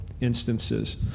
instances